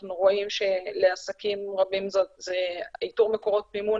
אנחנו רואים שלעסקים רבים איתור מקורות מימון